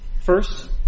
First